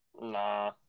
Nah